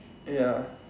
ya